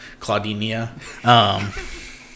Claudinia